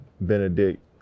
Benedict